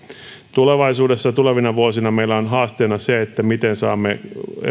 tulevaisuudessa tulevina vuosina meillä on haasteena se miten saamme